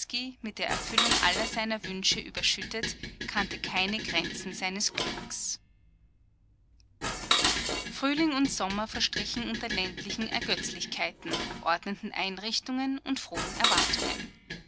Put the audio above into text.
mit der erfüllung aller seiner wünsche überschüttet kannte keine grenzen seines glücks frühling und sommer verstrichen unter ländlichen ergötzlichkeiten ordnenden einrichtungen und frohen erwartungen